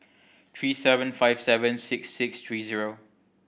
three seven five seven six six three zero